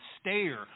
stare